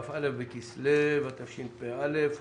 כ"א בכסלו התשפ"א.